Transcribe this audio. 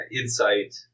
insight